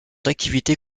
d’activité